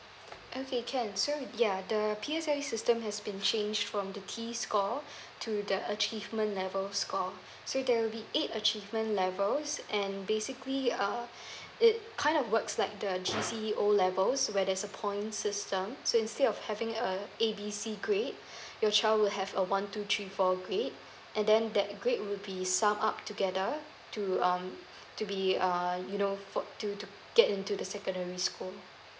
okay can so ya the P_S_L_E system has been changed from the t score to the achievement level score so there will be eight achievement levels and basically uh it kind of works like the G_C_E O levels where there's a point system so instead of having a A B C grade your child will have a one two three four grade and then that grade will be sum up together to um to be uh you know for to to get into the secondary school